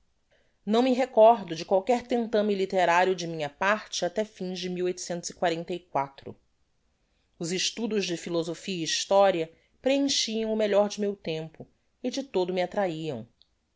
não me recordo de qualquer tentamen litterario de minha parte até fins de os estudos de philosophia e historia preenchiam o melhor de meu tempo e de todo me attrahiam